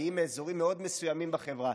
מגיעים מאזורים מאוד מסוימים בחברה.